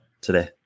today